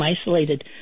isolated